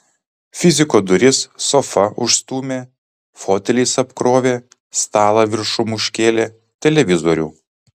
fiziko duris sofa užstūmė foteliais apkrovė stalą viršum užkėlė televizorių